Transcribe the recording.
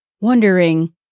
wondering